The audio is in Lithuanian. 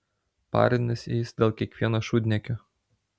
parinasi jis dėl kiekvieno šūdniekio